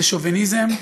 זה שוביניזם,